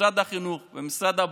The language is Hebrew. משרד החינוך ומשרד הבריאות,